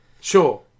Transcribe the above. Sure